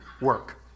work